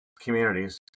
communities